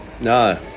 No